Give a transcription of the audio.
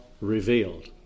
revealed